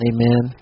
Amen